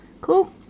Cool